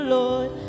Lord